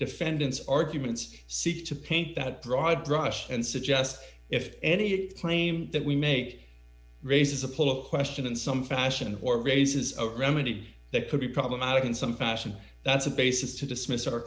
defendants arguments seek to paint that broad brush and suggest if any claim that we make raises a political question in some fashion or raises a remedy that could be problematic in some fashion that's a basis to dismiss